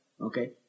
Okay